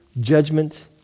Judgment